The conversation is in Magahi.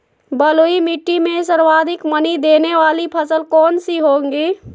बलुई मिट्टी में सर्वाधिक मनी देने वाली फसल कौन सी होंगी?